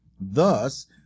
Thus